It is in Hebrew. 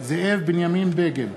זאב בנימין בגין,